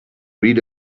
read